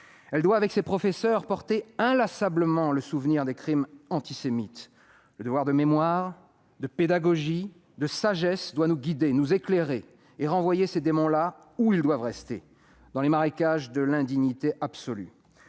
Elle doit, avec ses professeurs, porter inlassablement le souvenir des crimes antisémites. Le devoir de mémoire, de pédagogie et de sagesse doit nous guider, nous éclairer et renvoyer ces démons là où ils doivent rester : dans les marécages de l'indignité absolue.